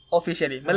Officially